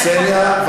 קסניה?